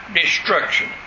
destruction